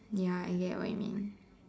ya I get what you mean